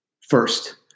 First